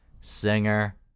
singer